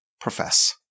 profess